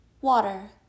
water